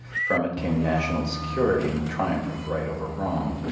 from it came national security and the triumph of right over wrong.